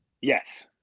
Yes